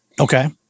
Okay